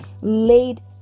laid